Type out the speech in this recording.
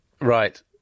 Right